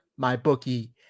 MyBookie